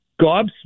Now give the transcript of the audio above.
gobsmacked